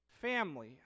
family